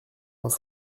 vingt